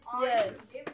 Yes